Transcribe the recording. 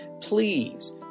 Please